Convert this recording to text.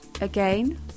Again